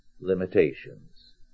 limitations